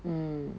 mm